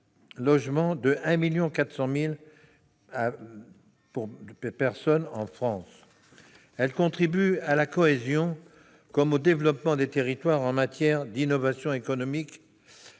logement à 1,4 million de personnes en France. Elles contribuent à la cohésion et au développement des territoires en matière d'innovation économique,